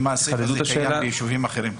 האם זה קיים במקומות אחרים?